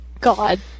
God